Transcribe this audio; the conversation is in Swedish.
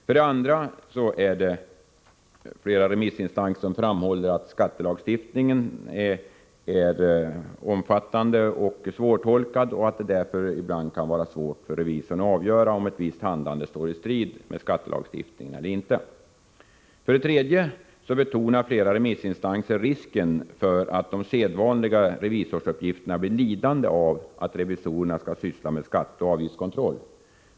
För det andra framhåller flera remissinstanser att skattelagstiftningen är omfattande och svårtolkad och att det därför ibland kan vara svårt för revisorn att avgöra om ett visst handlande står i strid med skattelagstiftningen eller inte. För det tredje betonar flera remissinstanser risken för att de sedvanliga revisorsuppgifterna blir lidande av att revisorerna skall syssla med skatteoch avgiftskontroll.